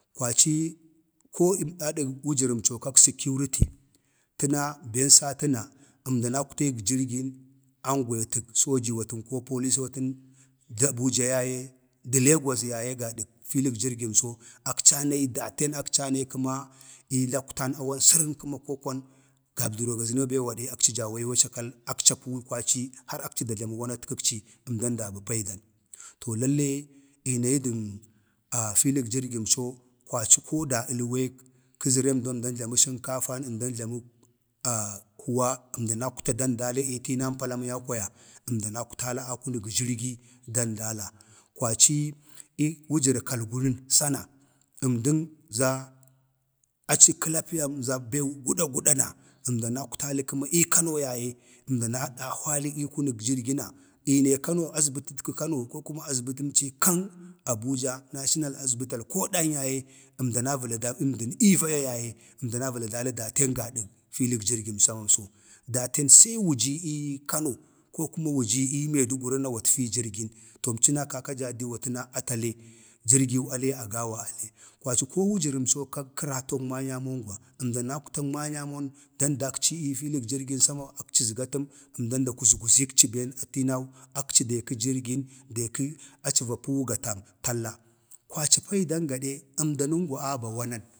﻿kwaci ko adak wujarəm co kak sikiwriti təna ben satəna, əmdan akwtayik jirgin, angwaytak soji watən ko polisawatən da abuja yaye, dəlagos yaye filik jirgim co akci anayi datan akca anayi, kəma ii lakwtan ii awan sarən koo kwan, gabdərə ga zəna ma bee wadee akci jawee wacakal akci, apuuwi kwaci har akci da jləma wanatkəkci əmdan da bə paidan to lalle iinayi dən a filik jirgim co, kwaci koo da əlwek kəzərəm doo əmdan jlamə sənkafan əmdan jlamə a kəma əndan akwta dan dala ii tinan palam yau kwaya, əmdan akwttayik jirgi dandala.kwaci ii wujərək kargunən sana, əmdən za aci klapiyam za əgwdawguda na əmdan akwtali kəma ii kano yaye, əmdan adahwali ii kunək jirgəna, ii nee kano, azbətət kə kano, ko azbat əmci kan abuja national azbətəl koo dan yaye əmdan avəla də əmdən ii vaya ya ye əmdan a vəla dali, daten gadak filik jirgimso daten see wujiiii kano ko kuma wujii ii maiduguri na watfii jirgin kaka jaadiwa təna atə alee jirgili alee agawa alee, kwaci ko wujərəmso kak-kəratoog manyamongwa əmdan akwtan manyamon dandakci ii filik jirgin sama akci əzgatəm əmdan da kuzguzikci ben a tinau, kuma akci dee kə jirgin deekə aci va puwəg gatam talla. kwaci paidan gade əmdanəngwa aba wanan,